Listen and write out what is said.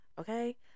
okay